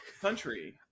country